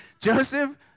Joseph